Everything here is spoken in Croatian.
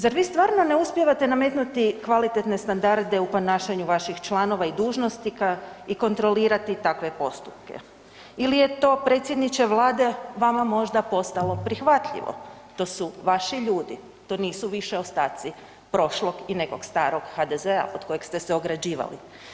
Zar vi stvarno ne uspijevate nametnuti kvalitetne standarde u ponašanju vaših članova i dužnosnika i kontrolirati takve postupke ili je to predsjedniče vlade vama možda postalo prihvatljivo, to su vaši ljudi, to nisu više ostaci prošlog i nekog starog HDZ-a od kojeg ste se ograđivali?